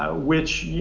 ah which, yeah